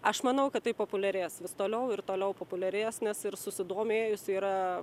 aš manau kad tai populiarės vis toliau ir toliau populiaresnės nes ir susidomėjusių yra